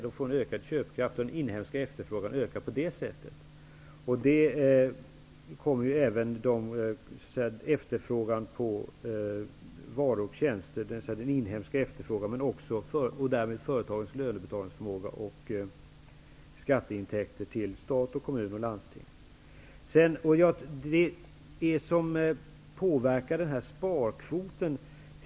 Människor får en ökad köpkraft, och på detta sätt ökar den inhemska efterfrågan på varor och tjänster. Därmed ökar företagens lönebetalningsförmåga och skatteintäkterna till stat, kommuner och landsting.